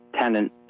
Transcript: tenant